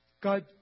God